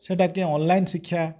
ସେଇଟା କେ ଅନଲାଇନ୍ ଶିକ୍ଷା